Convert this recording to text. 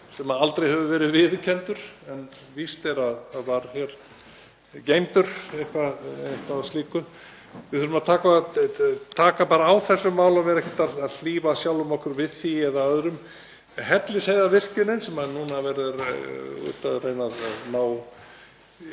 sem aldrei hefur verið viðurkenndur, en víst er að var hér geymdur, eitthvað af slíku — við þurfum að taka á þessum málum og vera ekkert að hlífa sjálfum okkur við því eða öðrum. Hellisheiðarvirkjunin sem núna er verið að reyna að ná